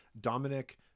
Dominic